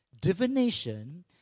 divination